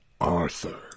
Arthur